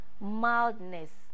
Mildness